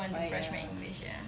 ah ya